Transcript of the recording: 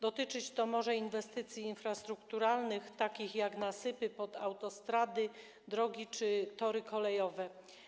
Dotyczyć to może inwestycji infrastrukturalnych takich jak nasypy pod autostrady, drogi czy tory kolejowe.